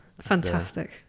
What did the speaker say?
Fantastic